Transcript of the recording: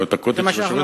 זה מה שאנחנו עושים בבית.